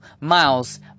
miles